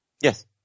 Yes